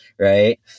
Right